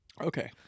Okay